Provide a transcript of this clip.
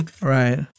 Right